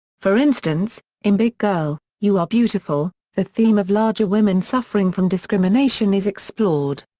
for instance, in big girl you are beautiful the theme of larger women suffering from discrimination is explored.